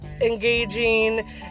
engaging